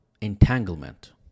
entanglement